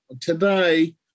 today